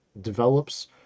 develops